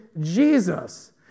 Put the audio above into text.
Jesus